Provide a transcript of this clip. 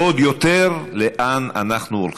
ועוד יותר, לאן אנחנו הולכים.